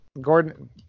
Gordon